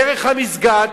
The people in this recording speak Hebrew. דרך המסגד,